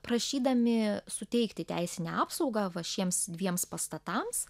prašydami suteikti teisinę apsaugą va šiems dviems pastatams